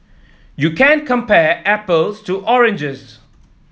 you can't compare apples to oranges